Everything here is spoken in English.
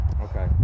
Okay